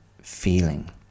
feeling